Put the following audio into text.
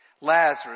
Lazarus